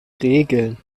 regeln